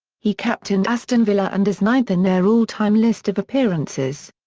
he captained aston villa and is ninth in their all-time list of appearances.